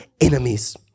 enemies